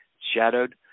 shadowed